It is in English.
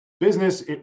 business